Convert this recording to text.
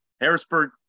Harrisburg